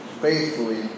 faithfully